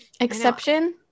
Exception